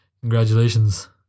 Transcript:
Congratulations